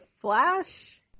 Flash